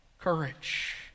courage